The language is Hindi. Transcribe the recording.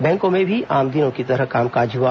बैंको में भी आम दिनों की तरह काम हुआ